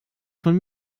von